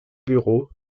bureau